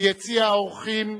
ביציע האורחים,